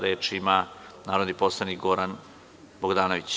Reč ima narodni poslanik Goran Bogdanović.